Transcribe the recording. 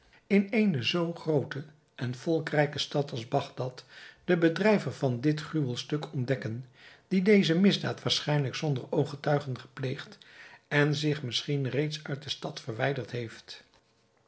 in eene zoo groote en volkrijke stad als bagdad den bedrijver van dit gruwelstuk ontdekken die deze misdaad waarschijnlijk zonder ooggetuigen gepleegd en zich misschien reeds uit de stad verwijderd heeft